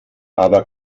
aber